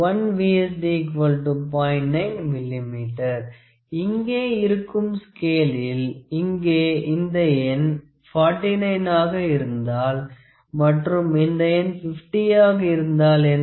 9 mm இங்கே இருக்கும் ஸ்கேளில் இங்கே இந்த எண் 49 ஆக இருந்தால் மற்றும் இந்த எண் 50 ஆக இருந்தால் என்ன